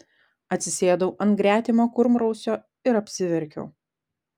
atsisėdau ant gretimo kurmrausio ir apsiverkiau